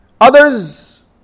Others